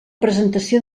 presentació